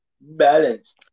Balance